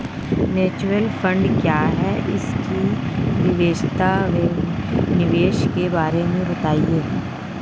Mutual fund क्या है इसकी विशेषता व निवेश के बारे में बताइये?